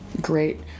Great